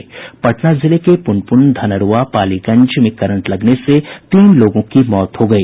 पटना जिले के पुनपुन धनरूआ और पालीगंज में करंट लगने से तीन लोगों की मौत हो गयी